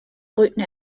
brüten